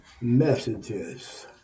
messages